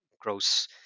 gross